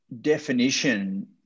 definition